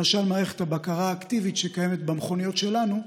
למשל מערכת הבקרה האקטיבית שקיימת במכוניות שלנו,